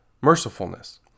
mercifulness